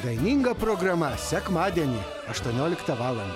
daininga programa sekmadienį aštuonioliktą valandą